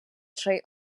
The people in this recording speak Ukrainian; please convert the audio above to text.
чий